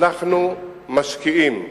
אנחנו משקיעים,